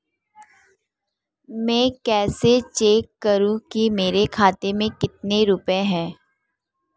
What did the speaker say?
मैं कैसे चेक करूं कि मेरे खाते में कितने रुपए हैं?